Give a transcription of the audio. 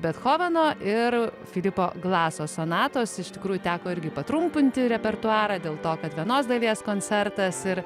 bethoveno ir filipo glaso sonatos iš tikrųjų teko irgi patrumpunti repertuarą dėl to kad vienos dalies koncertas ir